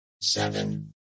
seven